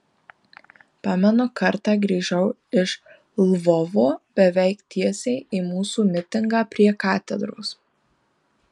pamenu kartą grįžau iš lvovo beveik tiesiai į mūsų mitingą prie katedros